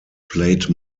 played